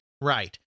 Right